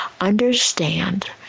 understand